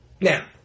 Now